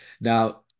now